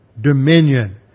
dominion